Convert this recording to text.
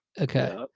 Okay